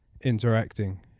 interacting